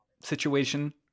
situation